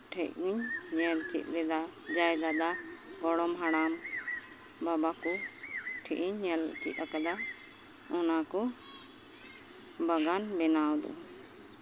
ᱴᱷᱮᱡ ᱜᱮᱧ ᱧᱮᱞ ᱪᱮᱫ ᱞᱮᱫᱟ ᱡᱟᱦᱟᱸᱭ ᱫᱟᱫᱟ ᱜᱚᱲᱚᱢ ᱦᱟᱲᱟᱢ ᱵᱟᱵᱟ ᱴᱷᱮᱡ ᱤᱧ ᱧᱮᱞ ᱪᱮᱫ ᱟᱠᱟᱫᱟ ᱚᱱᱟᱠᱚ ᱵᱟᱜᱟᱱ ᱵᱮᱱᱟᱣ ᱫᱚ